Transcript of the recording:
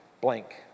blank